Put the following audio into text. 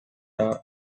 tower